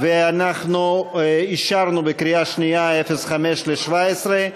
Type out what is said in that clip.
ואנחנו אישרנו בקריאה השנייה את 05 ל-2017.